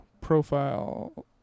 profile